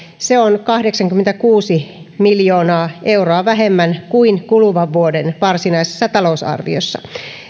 se on kahdeksankymmentäkuusi miljoonaa euroa vähemmän kuin kuluvan vuoden varsinaisessa talousarviossa